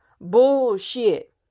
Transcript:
bullshit